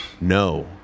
No